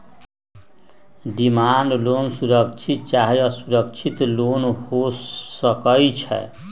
demand loan सुरक्षित चाहे असुरक्षित लोन हो सकइ छै